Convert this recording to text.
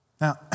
Now